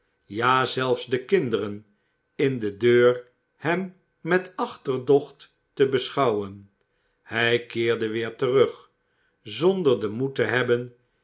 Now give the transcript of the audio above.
ja zelfs de kinderen in de deur hem met achterdocht te beschouwen hij keerde weer terug zonder den moed te hebben